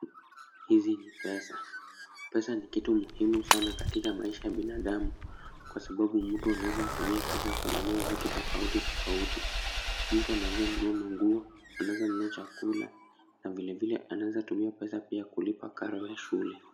Hizi ni pesa, pesa ni kitu muhimu sana katika maisha ya binadamu, kwa sababu mtu unaweza tumia pesa kununua vitu tofauti tofauti. Mtu anaweza nunua manguo, anaweza nunua chakula na vile vile anaweza tumia pesa kununua karo ya shule.